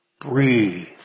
breathe